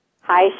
Hi